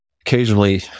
Occasionally